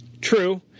true